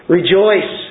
Rejoice